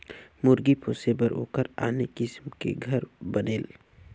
मुरगी पोसे बर ओखर आने किसम के घर बनेल